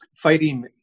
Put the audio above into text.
fighting